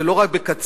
זה לא רק בקציר.